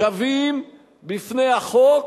שווים בפני החוק,